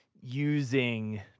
using